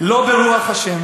"לא ברוח ה'